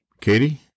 Katie